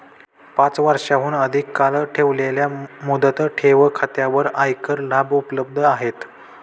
पाच वर्षांहून अधिक काळ ठेवलेल्या मुदत ठेव खात्यांवर आयकर लाभ उपलब्ध आहेत